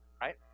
right